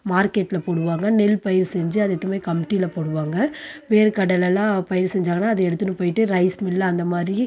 மார்க்கெட்டில் போடுவாங்க நெல் பயிர் செஞ்சு அது எடுத்துகினு போய் கமிட்டில போடுவாங்க வேர்கடலெல்லாம் பயிர் செஞ்சாங்கன்னா அது எடுத்துகினு போய்ட்டு ரைஸ் மில் அந்தமாதிரி